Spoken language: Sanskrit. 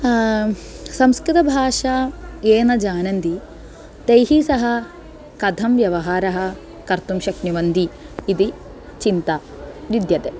संस्कृतभाषा ये न जानन्ति तैः सह कथं व्यवहारः कर्तुं शक्नुवन्ति इति चिन्ता विद्यते